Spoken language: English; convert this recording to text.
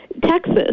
Texas